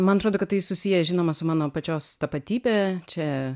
man atrodo kad tai susiję žinoma su mano pačios tapatybe čia